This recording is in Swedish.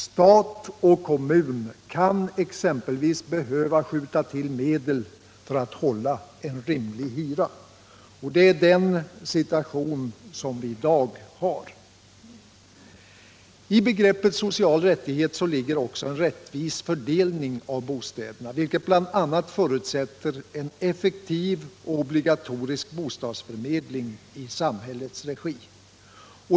Stat och kommun kan exempelvis behöva skjuta till medel för att hålla en rimlig hyra. Det är den situation som vi i dag har. I begreppet social rättighet ligger också en rättvis fördelning av bostäderna, vilket bl.a. förutsätter en effektiv och obligatorisk bostadsförmedling i samhällets regi.